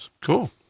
cool